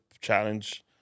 challenge